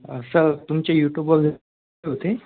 sir तुमची यूट्यूबवर होती